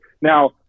Now